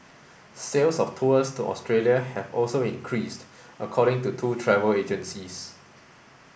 sales of tours to Australia have also increased according to two travel agencies